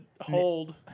hold